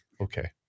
okay